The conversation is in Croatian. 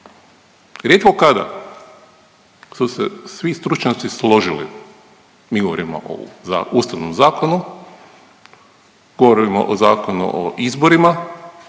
Rijetko kada su se svi stručnjaci složili, mi govorimo o Ustavnom zakonu, govorimo o Zakonu o izborima